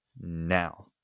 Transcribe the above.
now